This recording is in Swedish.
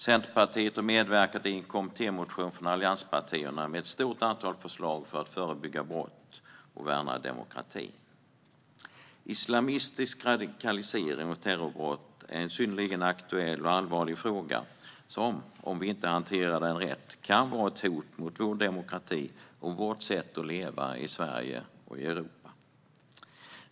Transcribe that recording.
Centerpartiet har medverkat i en kommittémotion från allianspartierna med ett stort antal förslag för att förebygga brott och värna demokratin. Islamistisk radikalisering och terrorbrott är en synnerligen aktuell och allvarlig fråga som, om vi inte hanterar den rätt, kan vara ett hot mot vår demokrati och vårt sätt att leva i Sverige och i Europa.